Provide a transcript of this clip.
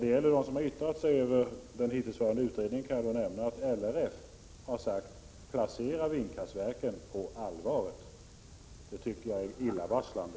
Beträffande yttranden över den hittillsvarande utredningen kan jag nämna att LRF har sagt: Placera vindkraftverken på Alvaret. Det tycker jag är illavarslande.